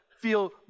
feel